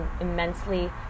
immensely